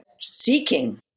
seeking